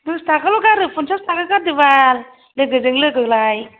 दस थाखाल' गारो फनसास थाखा गारदोबाल लोगोजों लोगोलाय